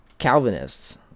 Calvinists